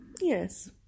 Yes